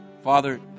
father